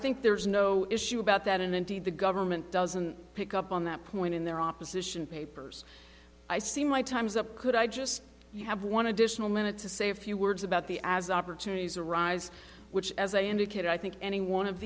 think there is no issue about that and indeed the government doesn't pick up on that point in their opposition papers i see my time's up could i just have one additional minute to say a few words about the as opportunities arise which as i indicated i think any one of